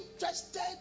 interested